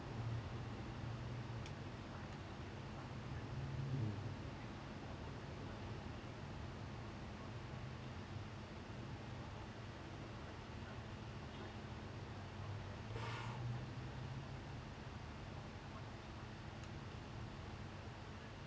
mm